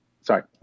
Sorry